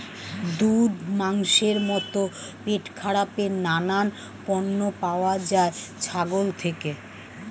দুধ, মাংসের মতো পেটখারাপের নানান পণ্য পাওয়া যায় ছাগল থেকে